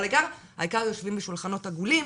אבל העיקר יושבים בשולחנות עגולים,